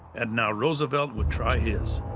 and now roosevelt would try his.